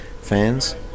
fans